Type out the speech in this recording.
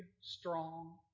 strong